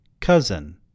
Cousin